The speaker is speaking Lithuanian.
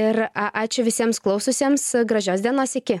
ir ačiū visiems klaususiems gražios dienos iki